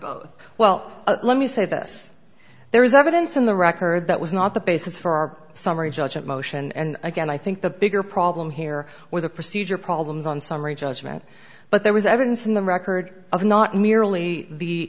both well let me say this there is evidence in the record that was not the basis for our summary judgment motion and again i think the bigger problem here or the procedure problems on summary judgment but there was evidence in the record of not merely the